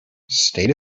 state